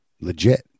legit